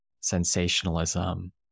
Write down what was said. sensationalism